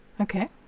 Okay